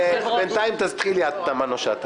בינתיים תתחיל חברת הכנסת פנינה תמנו.